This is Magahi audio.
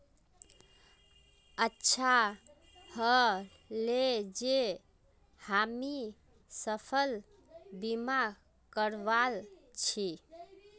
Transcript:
अच्छा ह ले जे हामी फसल बीमा करवाल छि